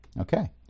Okay